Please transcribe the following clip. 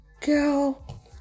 girl